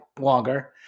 longer